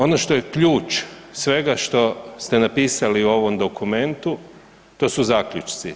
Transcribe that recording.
Ono što je ključ svega što ste napisali u ovom dokumentu to su zaključci.